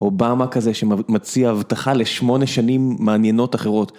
אובאמה כזה שמציעה הבטחה לשמונה שנים מעניינות אחרות.